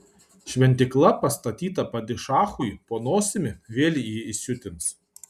šventykla pastatyta padišachui po nosimi vėl jį įsiutins